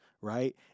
right